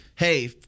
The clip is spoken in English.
Hey